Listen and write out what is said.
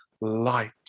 light